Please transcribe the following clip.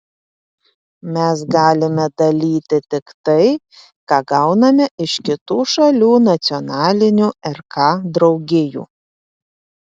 mes galime dalyti tik tai ką gauname iš kitų šalių nacionalinių rk draugijų